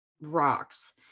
rocks